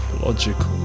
logical